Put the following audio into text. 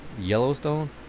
Yellowstone